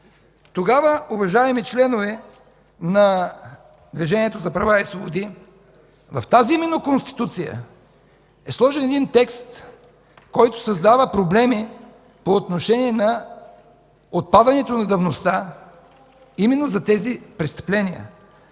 Тогава, уважаеми членове на Движението за права и свободи, в тази именно Конституция е сложен един текст, който създава проблеми по отношение на отпадането на давността, именно за тези престъпления.